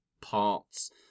parts